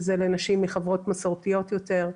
שזה לנשים מחברות מסורתיות יותר,